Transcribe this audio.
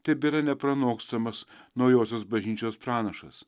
tebėra nepranokstamas naujosios bažnyčios pranašas